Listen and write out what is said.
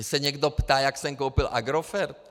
Mě se někdo ptá, jak jsem koupil Agrofert?